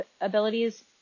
abilities